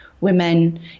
Women